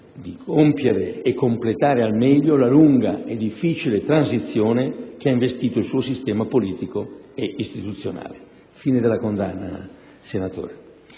di compiere e completare al meglio la lunga e difficile transizione che ha investito il suo sistema politico e istituzionale. Fine della condanna, senatore.